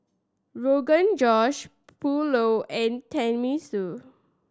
Rogan Josh Pulao and Tenmusu